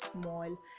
small